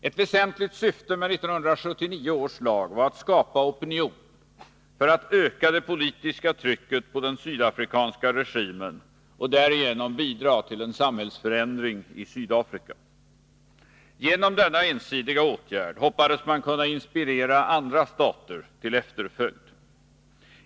Ett väsentligt syfte med 1979 års lag var att skapa opinion för att öka det politiska trycket på den sydafrikanska regimen och därigenom bidra till en samhällsförändring i Sydafrika. Genom denna ensidiga åtgärd hoppades man kunna inspirera andra stater till efterföljd.